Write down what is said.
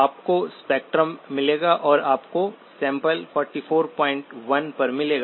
आपको स्पेक्ट्रम मिलेगा और आपको सैंपल 441 पर मिलेगा